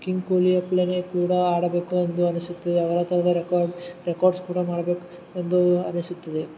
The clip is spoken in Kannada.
ಕಿಂಗ್ ಕೊಹ್ಲಿಯ ಕೂಡ ಆಡಬೇಕು ಎಂದು ಅನಿಸುತ್ತಿದೆ ಅವರ ಥರನೇ ರೆಕಾರ್ಡ್ ರೆಕಾರ್ಡ್ಸ್ ಕೂಡ ಮಾಡ್ಬೇಕು ಎಂದೂ ಅನಿಸುತ್ತಿದೆ